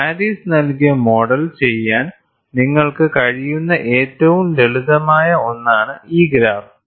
Paris നൽകിയ model ചെയ്യാൻ നിങ്ങൾക്ക് കഴിയുന്ന ഏറ്റവും ലളിതമായ ഒന്നാണ് ഈ ഗ്രാഫ്